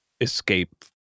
escape